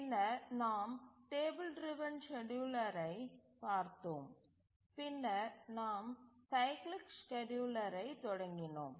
பின்னர் நாம் table driven ஸ்கேட்யூலரைப் பார்த்தோம் பின்னர் நாம் சைக்கிளிக் ஸ்கேட்யூலரை தொடங்கினோம்